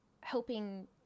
helping